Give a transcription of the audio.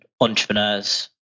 entrepreneurs